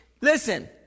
listen